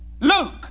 Luke